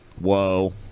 Whoa